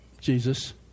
Jesus